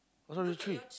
oh so there's three